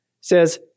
says